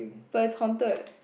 but is haunted